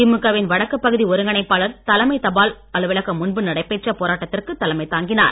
திமுக வின் வடக்கு பகுதி ஒருங்கிணைப்பாளர் தலைமை தபால் அலுவலகம் முன்பு நடைபெற்ற போராட்டத்திற்கு தலைமை தாங்கினார்